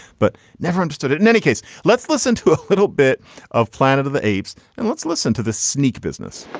but never understood it in any case. let's listen to a little bit of planet of the apes and let's listen to the sneak business.